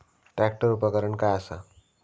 Tractor उपकरण काय असा?